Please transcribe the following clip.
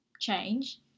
change